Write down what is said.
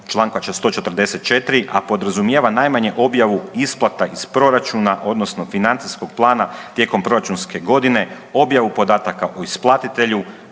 čl. 144., a podrazumijeva najmanje objavu isplata iz proračuna odnosno financijskog plana tijekom proračunske godine, objavu podataka isplatitelju,